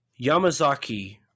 Yamazaki